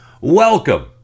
Welcome